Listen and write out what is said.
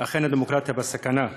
אכן הדמוקרטיה בסכנה.